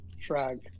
Shrag